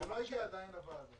זה לא הגיע עדיין לוועדה.